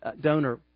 donor